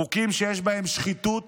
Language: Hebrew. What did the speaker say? חוקים שיש בהם שחיתות